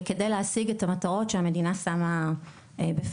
כדי להשיג את המטרות שהמדינה שמה בפניהם.